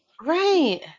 right